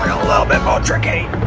a little bit more tricky.